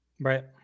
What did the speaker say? Right